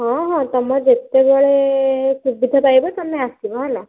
ହଁ ହଁ ତମର ଯେତେବେଳେ ସୁବିଧା ପାଇବ ତମେ ଆସିବ ହେଲା